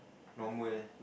normal